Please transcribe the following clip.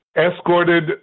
escorted